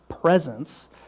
presence